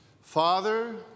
Father